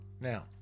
Now